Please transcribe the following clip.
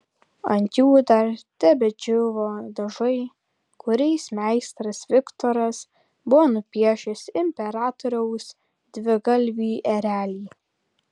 ant jų dar tebedžiūvo dažai kuriais meistras viktoras buvo nupiešęs imperatoriaus dvigalvį erelį